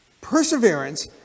Perseverance